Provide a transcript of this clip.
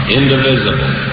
indivisible